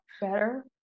Better